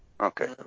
Okay